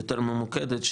יותר ממוקדת,